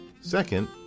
Second